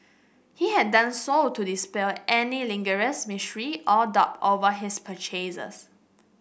he had done so to dispel any lingering mystery or doubt over his purchases